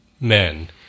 men